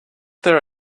there